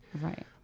Right